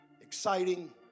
exciting